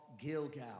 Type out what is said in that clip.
Gilgal